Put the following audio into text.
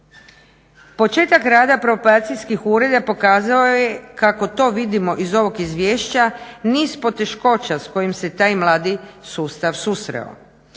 Početak rada probacijskih ureda pokazao je kako to vidimo iz ovog izvješća niz poteškoća s kojim se taj mladi sustav susreo.